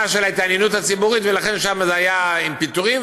של ההתעניינות הציבורית ולכן שם זה היה עם פיטורים,